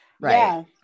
Right